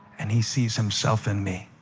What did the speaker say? and he sees himself in me.